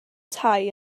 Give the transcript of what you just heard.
tai